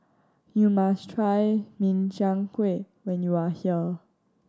you must try Min Chiang Kueh when you are here